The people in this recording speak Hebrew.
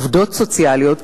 עובדות סוציאליות,